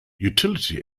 utility